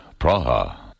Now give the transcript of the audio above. Praha